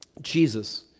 Jesus